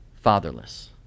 fatherless